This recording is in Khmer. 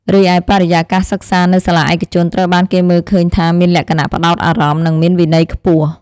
រីឯបរិយាកាសសិក្សា នៅសាលាឯកជនត្រូវបានគេមើលឃើញថាមានលក្ខណៈផ្តោតអារម្មណ៍ និងមានវិន័យខ្ពស់។